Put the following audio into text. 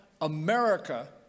America